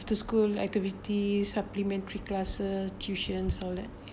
the school activities supplementary classes tuitions all that